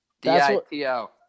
D-I-T-O